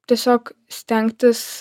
tiesiog stengtis